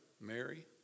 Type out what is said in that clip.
Mary